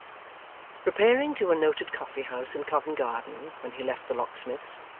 repairing to a noted coffee-house in covent garden when he left the locksmith's,